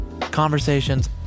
conversations